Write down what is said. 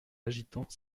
agitant